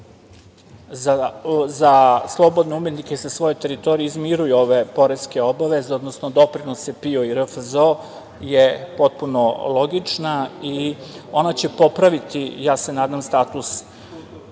za slobodne umetnike sa svoje teritorije izmiruju ove poreske obaveze, odnosno doprinose PIO i RFZO je potpuno logična i ona će popraviti ja se nadam status